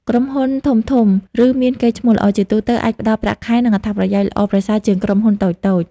ក្រុមហ៊ុនធំៗ ឬមានកេរ្តិ៍ឈ្មោះល្អ ជាទូទៅអាចផ្តល់ប្រាក់ខែ និងអត្ថប្រយោជន៍ល្អប្រសើរជាងក្រុមហ៊ុនតូចៗ។